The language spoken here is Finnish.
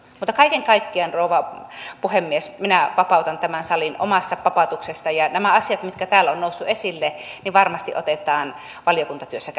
mutta kaiken kaikkiaan rouva puhemies minä vapautan tämän salin omasta papatuksestani ja nämä asiat mitkä täällä ovat nousseet esille varmasti otetaan valiokuntatyössä